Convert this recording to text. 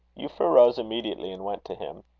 euphra rose immediately, and went to him.